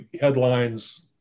headlines